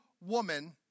woman